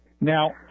Now